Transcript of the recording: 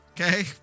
Okay